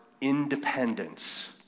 independence